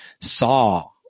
saw